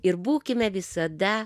ir būkime visada